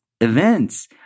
events